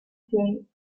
plane